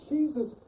Jesus